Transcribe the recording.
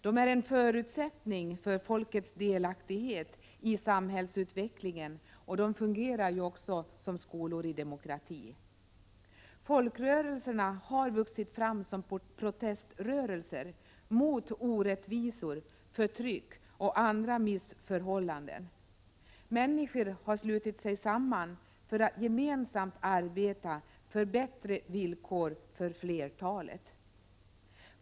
De är en förutsättning för folkets delaktighet i samhällsutvecklingen, och de fungerar som skolor i demokrati. Folkrörelserna har vuxit fram som proteströrelser mot orättvisor, förtryck och andra missförhållanden. Människor har slutit sig samman för att gemensamt arbeta för bättre villkor för flertalet.